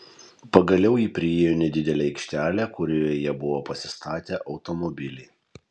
pagaliau ji priėjo nedidelę aikštelę kurioje jie buvo pasistatę automobilį